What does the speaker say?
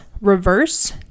reverse